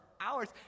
hours